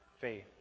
faith